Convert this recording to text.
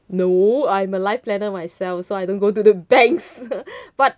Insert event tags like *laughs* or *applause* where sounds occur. no I'm a life planner myself so I don't go to the banks *laughs* but